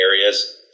areas